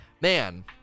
Man